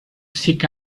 seek